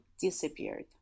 disappeared